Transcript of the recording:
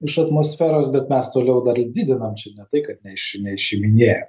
iš atmosferos bet mes toliau dar jį didinam čia ne tai kad neiš neišiminėjam